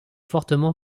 fortement